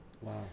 Wow